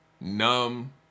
Numb